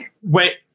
wait